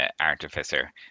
artificer